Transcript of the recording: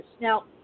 now